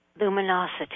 luminosity